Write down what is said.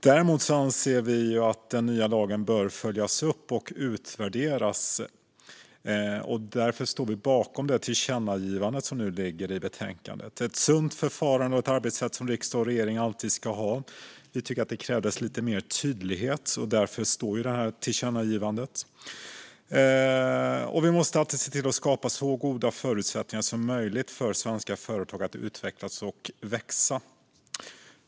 Däremot anser vi att den nya lagen bör följas upp och utvärderas, och därför står vi bakom det tillkännagivande som föreslås i betänkandet. Det är ett sunt förfarande och ett arbetssätt som regering och riksdag alltid ska ha. Vi tycker att det krävdes lite mer tydlighet där och står därför bakom tillkännagivandet. Vi måste alltid se till att skapa så goda förutsättningar som möjligt för svenska företag att utveckla och växa.